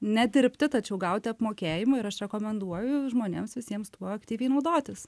nedirbti tačiau gauti apmokėjimą ir aš rekomenduoju žmonėms visiems tuo aktyviai naudotis